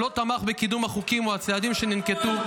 לא תמך בקידום החוקים או הצעדים שננקטו,